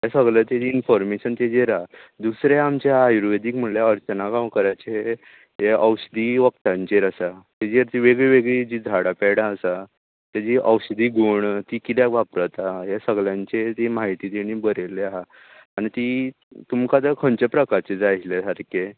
हें सगलें इनफोरमेशन तेजेर आसा दुसरे आमचें आयुर्वेदीक म्हणल्यार अर्चना गांवकराचें औषधी वकदाचेंर आसा तेजेर ती वेगळीवेगळी जी झाडां पेडां आसा तेजे औषधी गूण तीं किद्याक वापरता ह्या सगल्यांचें ती म्हायती तेणी बरयल्ली आसा आनी ती तुमकां आतां खंयच्या प्रकारचे जाय आशिल्लें सारकें